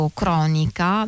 cronica